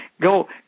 go